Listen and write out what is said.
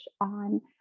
on